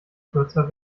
kürzer